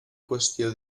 qüestió